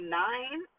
nine